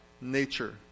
nature